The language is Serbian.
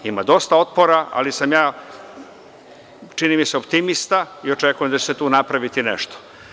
Ima dosta otpora, ali sam ja, čini mi se, optimista i očekujem da će se tu napraviti nešto.